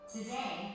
Today